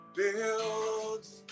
builds